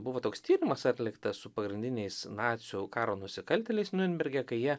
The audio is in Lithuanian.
buvo toks tyrimas atliktas su pagrindiniais nacių karo nusikaltėliais niurnberge kai jie